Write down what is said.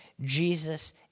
Jesus